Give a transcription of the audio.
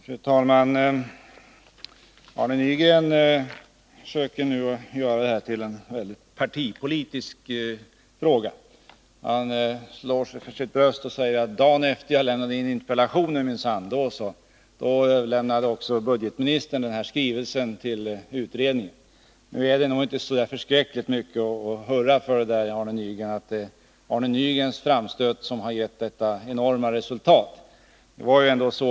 Fru talman! Arne Nygren söker nu att göra det här till en partipolitisk fråga. Han slår sig för sitt bröst och säger: Dagen efter det att jag lämnade in min interpellation, då minsann lämnade också ekonomioch budgetministern den här skrivelsen till utredningen. Nu är det nog inte så förskräckligt mycket att hurra för och säga att Arne Nygrens framstöt har gett detta enorma resultat.